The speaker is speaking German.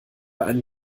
einen